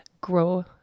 grow